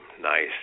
nice